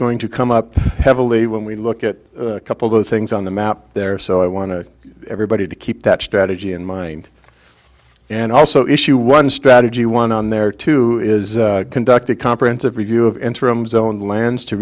going to come up heavily when we look at a couple those things on the map there so i want to everybody to keep that strategy in mind and also issue one strategy one on there to is conduct a comprehensive review of interim zone lands to